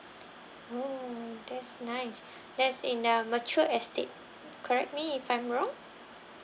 oh that's nice that's in the mature estate correct me if I'm wrong